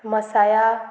Messiah